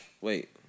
Wait